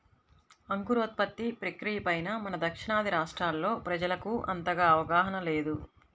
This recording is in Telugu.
అంకురోత్పత్తి ప్రక్రియ పైన మన దక్షిణాది రాష్ట్రాల్లో ప్రజలకు అంతగా అవగాహన లేదు